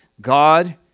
God